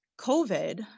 COVID